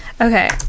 Okay